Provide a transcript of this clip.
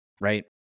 Right